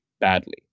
badly